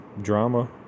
drama